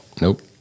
Nope